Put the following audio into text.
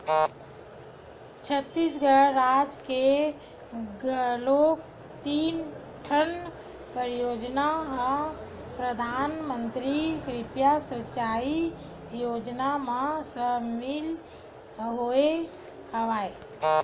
छत्तीसगढ़ राज के घलोक तीन ठन परियोजना ह परधानमंतरी कृषि सिंचई योजना म सामिल होय हवय